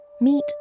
Meet